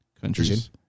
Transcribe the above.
countries